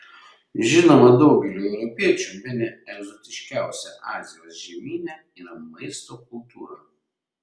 žinoma daugeliui europiečių bene egzotiškiausia azijos žemyne yra maisto kultūra